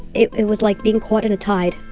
it it was like being caught in a tide.